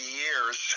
years